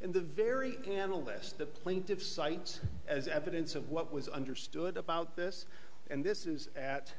in the very can a list the plaintiffs cites as evidence of what was understood about this and this is at